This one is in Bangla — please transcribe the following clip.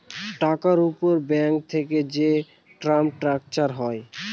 টাকার উপর ব্যাঙ্ক থেকে যে টার্ম স্ট্রাকচার হয়